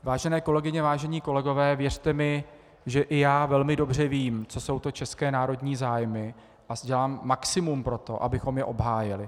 Vážené kolegyně, vážení kolegové, věřte mi, že i já velmi dobře vím, co jsou to české národní zájmy, a dělám maximum pro to, abychom je obhájili.